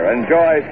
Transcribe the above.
Enjoy